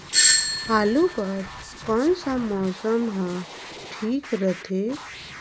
आलू बार कौन सा मौसम ह ठीक रथे?